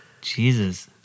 Jesus